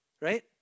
Right